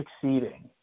succeeding